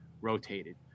rotated